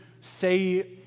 say